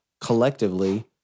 collectively